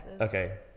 Okay